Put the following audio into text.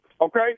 okay